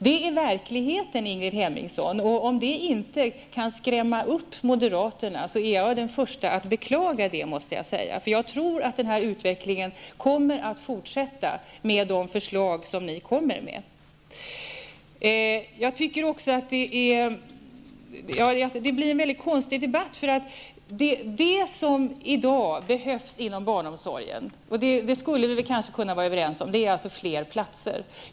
Det är verkligheten, Ingrid Hemmingsson, och om inte det kan skrämma upp moderaterna är jag den första att beklaga det. Jag tror att den här utvecklingen kommer att fortsätta, med de förslag som ni lägger fram. Det här blir en konstig debatt. Det som i dag behövs inom barnomsorgen -- det skulle vi kunna vara överens om -- är fler platser.